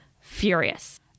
furious